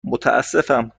متاسفم